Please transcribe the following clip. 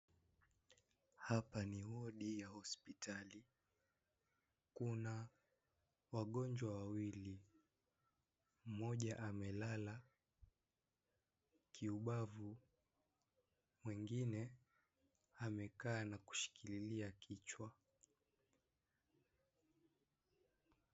Hapa ni wodi ya hospitali. Kuna wagonjwa wawili. Mmoja amelala kiubavu, mwingine amekaa na kushikilia kichwa.